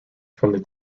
from